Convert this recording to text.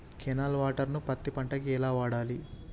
Canal water ను పత్తి పంట కి ఎలా వాడాలి?